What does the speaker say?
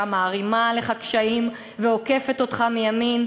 מערימה עליך קשיים ועוקפת אותך מימין.